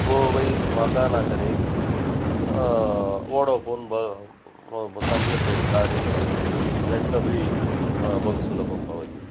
कोवै महानगरे वोडोफ़ोन् ब सम्यक् कार्यं करोति नेट् अपि बहु सुलभं भवति